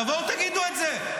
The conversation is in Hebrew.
תבואו ותגידו את זה,